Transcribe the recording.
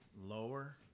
lower